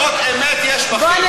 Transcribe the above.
חשבתי שלפחות אמת יש בכם.